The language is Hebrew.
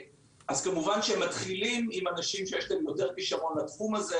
אז כמובן שמתחילים עם אנשים שיש להם יותר כשרון לתחום הזה,